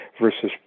versus